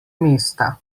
mesta